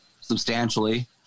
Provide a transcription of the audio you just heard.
substantially